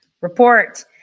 report